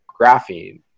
graphene